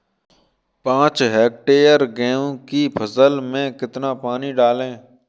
पाँच हेक्टेयर गेहूँ की फसल में कितना पानी डालें?